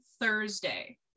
Thursday